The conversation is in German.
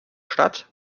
stadt